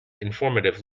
informative